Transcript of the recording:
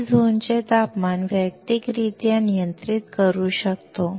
आम्ही झोनचे तापमान वैयक्तिकरित्या नियंत्रित करू शकतो